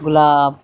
गुलाब